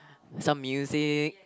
some music